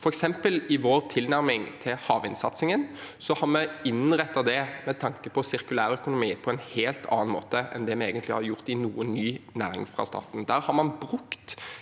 vi innrettet vår tilnærming til havvindsatsingen med tanke på sirkulærøkonomi på en helt annen måte enn det vi egentlig har gjort i noen ny næring fra starten.